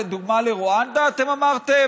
לדוגמה, לרואנדה, אתם אמרתם?